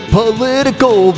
political